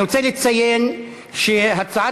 אני רוצה לציין שההצעה